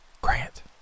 Grant